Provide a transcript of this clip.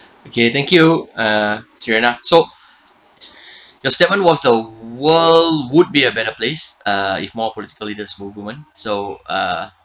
okay thank you uh ariana so the statement was the world would be a better place uh if more political leaders were woman so uh